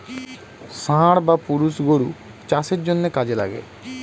ষাঁড় বা পুরুষ গরু চাষের জন্যে কাজে লাগে